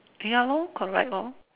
ya lor correct lor